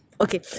okay